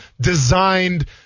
designed